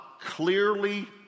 clearly